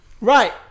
Right